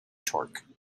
torque